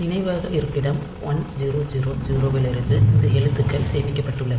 நினைவக இருப்பிடம் 1000 இலிருந்து இந்த எழுத்துக்கள் சேமிக்கப்பட்டுள்ளன